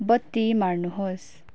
बत्ती मार्नुहोस्